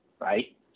right